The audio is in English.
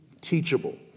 Teachable